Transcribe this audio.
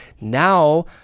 now